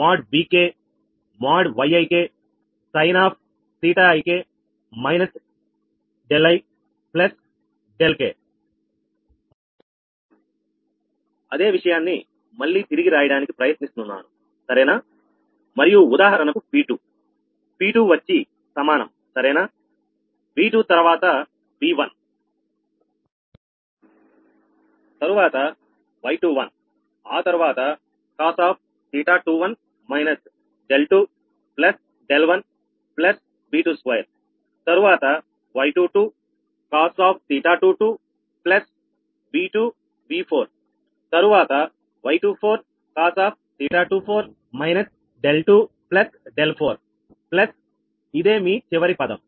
dpidδk |Vi | |Vk ||Yik | Sin⁡Ɵik ðiðk అదే విషయాన్ని మళ్లీ తిరిగి రాయడానికి ప్రయత్నిస్తాను సరేనా మరియు ఉదాహరణకు P2 P2 వచ్చి సమానం సరేనా V2 తరువాత V1 తరువాత Y21 ఆ తర్వాత cos𝜃21 − 𝛿2 𝛿1 𝑉22 తరువాత Y22cos𝜃22 ప్లస్ V2V4 తరువాత Y24cos𝜃24 −𝛿2 𝛿4 ప్లస్ ఇదే మీ చివరి పదం